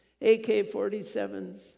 AK-47s